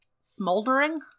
smoldering